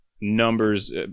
numbers